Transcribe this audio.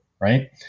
right